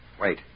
Wait